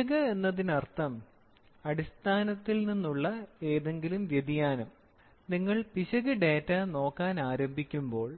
പിശക് എന്നതിനർത്ഥം അടിസ്ഥാനത്തിൽ നിന്നുള്ള ഏതെങ്കിലും വ്യതിയാനം നിങ്ങൾ പിശക് ഡാറ്റ നോക്കാൻ ആരംഭിക്കുമ്പോൾ